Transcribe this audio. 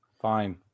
Fine